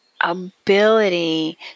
ability